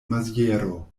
maziero